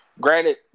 Granted